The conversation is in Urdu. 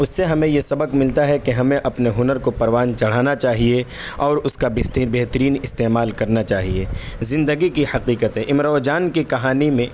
اس سے ہمیں یہ سبق ملتا ہے کہ ہمیں اپنے ہنر کو پروان چڑھانا چاہیے اور اس کا بہترین استعمال کرنا چاہیے زندگی کی حقیقتیں امراؤ جان کی کہانی میں